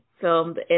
filmed